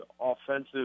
offensive